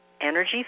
energy